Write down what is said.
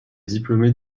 diplômée